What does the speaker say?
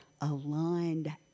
aligned